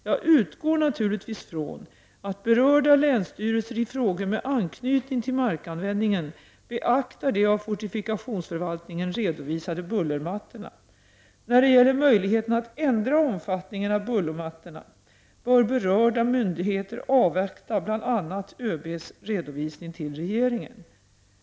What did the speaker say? Jag utgår naturligtvis från att berörda länsstyrelser i frågor med anknytning till markanvändningen beaktar de av fortifikationsförvaltningen redovisade bullermattorna. När det gäller möjligheterna att ändra omfattningen av bullermattorna bör berörda myndigheter avvakta bl.a. ÖB:s redovisning till regeringen.